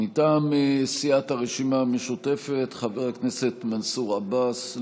מטעם סיעת הרשימה המשותפת, חבר הכנסת מנסור עבאס.